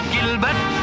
Gilbert